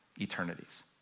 eternities